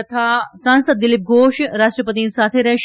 તથા સાંસદ દિલીપ ઘોષ રાષ્ટ્રપતિની સાથે રહેશે